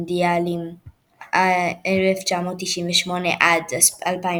הטורניר יושלם בתוך 32 ימים,